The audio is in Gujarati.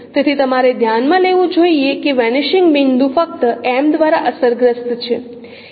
તેથી તમારે ધ્યાનમાં લેવું જોઈએ કે વેનિશિંગ બિંદુ ફક્ત M દ્વારા અસરગ્રસ્ત છે